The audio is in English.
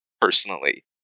personally